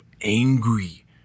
angry